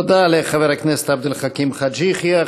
תודה לחבר הכנסת עבד אל חכים חאג' יחיא.